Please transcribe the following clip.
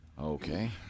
Okay